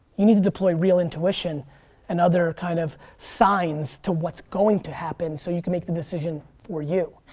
you need to deploy real intuition and other kind of signs to what's going to happen so you can make the decision for you.